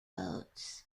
boats